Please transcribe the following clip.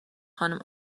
خانم